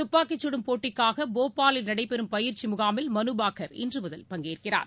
துப்பாக்கிச் சுடும் போட்டிக்காக போபாலில் நடைபெறும் பயிந்சி முகாமில் மனுபாகர் இன்று முதல் பங்கேற்கிறார்